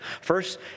First